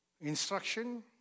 Instruction